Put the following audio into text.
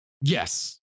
Yes